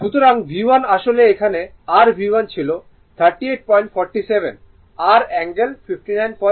সুতরাং V1 আসলে এখানে r V1 ছিল 3847 r অ্যাঙ্গেল 595o